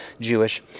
Jewish